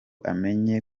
amenye